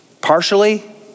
partially